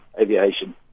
aviation